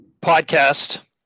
podcast